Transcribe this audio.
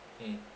mm